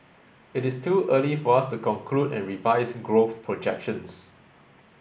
it is too early for us to conclude and revise growth projections